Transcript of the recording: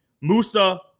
Musa